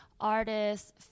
artists